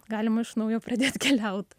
galima iš naujo pradėt keliaut